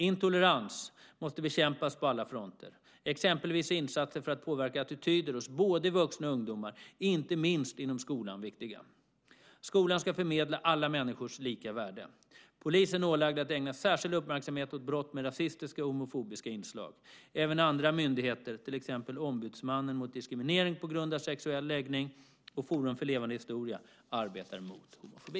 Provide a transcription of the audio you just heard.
Intolerans måste bekämpas på alla fronter. Exempelvis är insatser för att påverka attityder hos både vuxna och ungdomar, inte minst inom skolan, viktiga. Skolan ska förmedla alla människors lika värde. Polisen är ålagd att ägna särskild uppmärksamhet åt brott med rasistiska och homofobiska inslag. Även andra myndigheter, till exempel Ombudsmannen mot diskriminering på grund av sexuell läggning och Forum för levande historia arbetar mot homofobi.